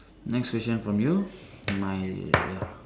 next question from you my ya